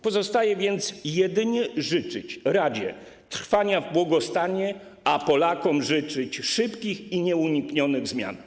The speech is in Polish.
Pozostaje więc jedynie życzyć radzie trwania w błogostanie, a Polakom życzyć szybkich i nieuniknionych zmian.